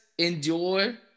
Enjoy